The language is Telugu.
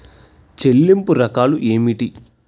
చెల్లింపు రకాలు ఏమిటి?